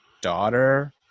daughter